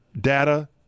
data